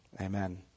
Amen